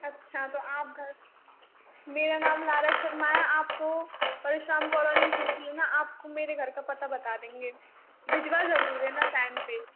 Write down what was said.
अच्छा तो आप घर मेरा नाम नारज शर्मा हैं आप को परशुराम कॉलोनी में पूछ लेना आपको मेरे घर का पता बता देंगे भिजवा जरूर देना टाइम पे